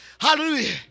Hallelujah